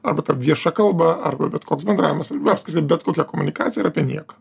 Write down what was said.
arba ta vieša kalba arba bet koks bendravimas apskritai bet kokia komunikacija yra apie nieką